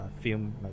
film